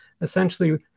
essentially